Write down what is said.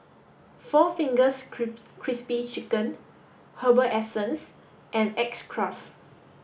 Four Fingers Crispy Chicken Herbal Essence and X Craft